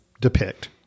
depict